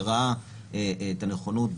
ראה את הנכונות,